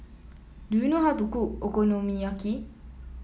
do you know how to cook Okonomiyaki